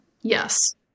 Yes